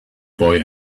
boy